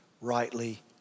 rightly